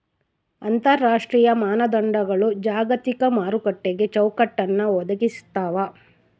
ಅಂತರರಾಷ್ಟ್ರೀಯ ಮಾನದಂಡಗಳು ಜಾಗತಿಕ ಮಾರುಕಟ್ಟೆಗೆ ಚೌಕಟ್ಟನ್ನ ಒದಗಿಸ್ತಾವ